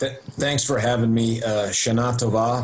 שנה טובה,